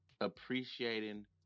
appreciating